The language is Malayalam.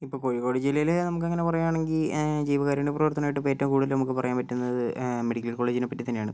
ഇപ്പോൾ കോഴിക്കോട് ജില്ലയിൽ നമുക്ക് അങ്ങനെ പറയുകയാണെങ്കിൽ ജീവ കാരുണ്യ പ്രവർത്തനമായിട്ട് ഇപ്പോൾ ഏറ്റവും കൂടുതൽ നമുക്ക് പറയാൻ പറ്റുന്നത് മെഡിക്കൽ കോളേജിനെപ്പറ്റി തന്നെയാണ്